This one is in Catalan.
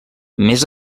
més